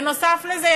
נוסף על זה,